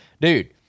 Dude